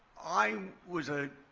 i was a